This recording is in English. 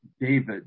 David